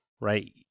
right